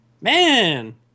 man